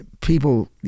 People